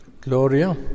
Gloria